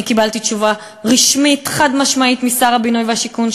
אני קיבלתי תשובה רשמית חד-משמעית משר הבינוי והשיכון,